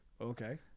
okay